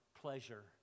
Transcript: pleasure